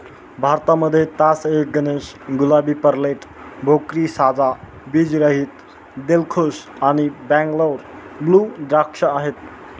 भारतामध्ये तास ए गणेश, गुलाबी, पेर्लेट, भोकरी, साजा, बीज रहित, दिलखुश आणि बंगलोर ब्लू द्राक्ष आहेत